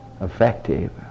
effective